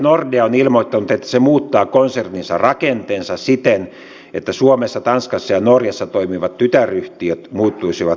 nordea on ilmoittanut että se muuttaa konserninsa rakenteen siten että suomessa tanskassa ja norjassa toimivat tytäryhtiöt muuttuisivat sivuliikkeiksi